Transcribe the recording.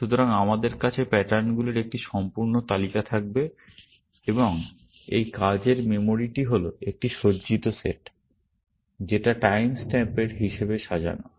সুতরাং আমাদের কাছে প্যাটার্নগুলির একটি সম্পূর্ণ তালিকা থাকবে এবং এই কাজের মেমরিটি হল একটি সজ্জিত সেট যেটা টাইম স্ট্যাম্প এর হিসেবে সাজানো